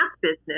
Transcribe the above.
business